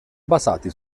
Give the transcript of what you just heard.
basati